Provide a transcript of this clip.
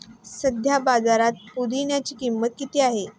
सध्या बाजारात पुदिन्याची किंमत किती आहे?